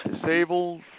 Disabled